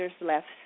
left